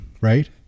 right